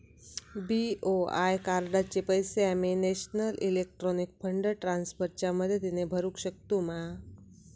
BOI कार्डाचे पैसे आम्ही नेशनल इलेक्ट्रॉनिक फंड ट्रान्स्फर च्या मदतीने भरुक शकतू मा?